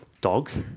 dogs